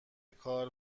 کار